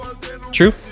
true